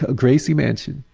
ah gracie mansion,